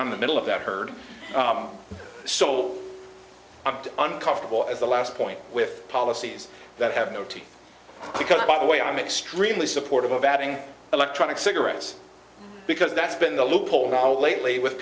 on in the middle of the herd so i'm uncomfortable as a last point with policies that have no teeth because by the way i'm extremely supportive of adding electronic cigarettes because that's been the look old all lately with